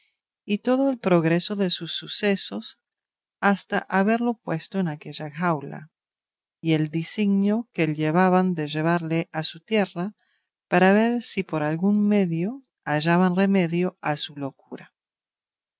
y todo el progreso de sus sucesos hasta haberlo puesto en aquella jaula y el disignio que llevaban de llevarle a su tierra para ver si por algún medio hallaban remedio a su locura